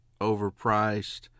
overpriced